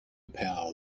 power